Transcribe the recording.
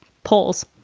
polls,